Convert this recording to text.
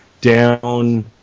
down